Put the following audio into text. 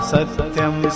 Satyam